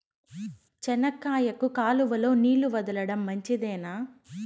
చెనక్కాయకు కాలువలో నీళ్లు వదలడం మంచిదేనా?